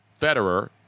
Federer